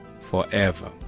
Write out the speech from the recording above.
forever